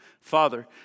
Father